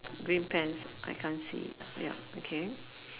green pants I can't see it ya okay